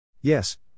Yes